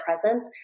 presence